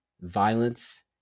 violence